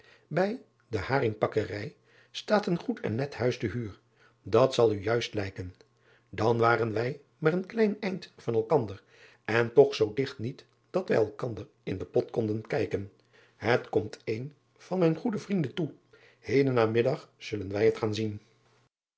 bij de aringpakkerij staat een goed en net huis te huur dat zal u juist lijken dan waren wij maar een klein eind van elkander en toch zoo digt niet dat wij elkander in den pot konden kijken et komt een van mijn goede vrienden toe eden namiddag zullen wij het gaan zien